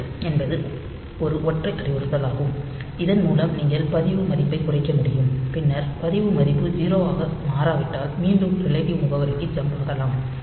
jet என்பது ஒரு ஒற்றை அறிவுறுத்தலாகும் இதன் மூலம் நீங்கள் பதிவு மதிப்பைக் குறைக்க முடியும் பின்னர் பதிவு மதிப்பு 0 ஆக மாறாவிட்டால் மீண்டும் ரிலேட்டிவ் முகவரிக்கு ஜம்ப் ஆகலாம்